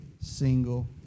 single